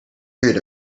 period